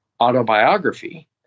autobiography